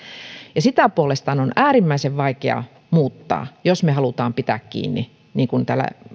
ja sitä puolestaan on äärimmäisen vaikea muuttaa jos me haluamme pitää kiinni niin kuin täällä